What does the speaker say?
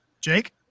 Jake